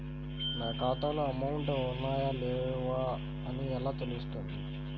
నా ఖాతాలో అమౌంట్ ఉన్నాయా లేవా అని ఎలా తెలుస్తుంది?